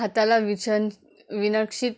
हाताला विचन विनक्षित